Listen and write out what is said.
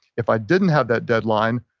if i didn't have that deadline,